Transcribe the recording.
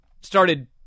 started